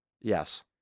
Yes